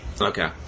Okay